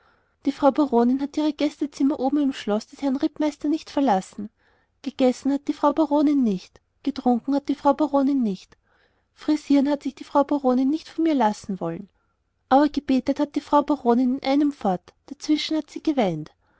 die frau baronin hat ihre gastzimmer oben im schloß des herrn rittmeisters nicht verlassen gegessen hat die frau baronin nicht getrunken hat die frau baronin nicht frisieren hat sich die frau baronin nicht von mir lassen wollen aber gebetet hat die frau baronin in einem fort dazwischen hat sie geweint